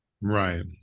Right